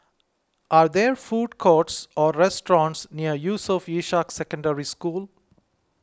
are there food courts or restaurants near Yusof Ishak Secondary School